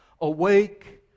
Awake